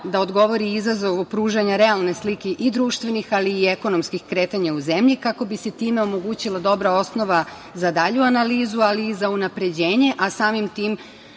da odgovori izazovu pružanja realne slike i društvenih, ali i ekonomskih kretanja u zemlji kako bi se time omogućila dobra osnova za dalju analizu, ali i za unapređenje, a samim tim,